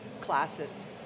classes